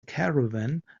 caravan